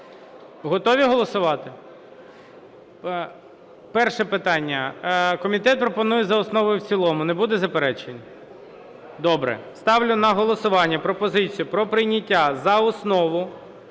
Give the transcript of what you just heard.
Готові голосувати? Перше питання. Комітет пропонує за основу і в цілому. Не буде заперечень? Добре. Ставлю на голосування пропозицію про прийняття за основу